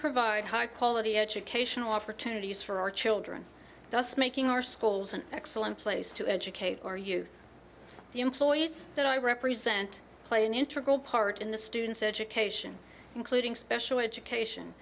provide high quality educational opportunities for our children thus making our schools an excellent place to educate our youth the employees that i represent play an integral part in the student's education including special education